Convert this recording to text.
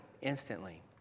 instantly